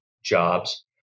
jobs